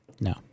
No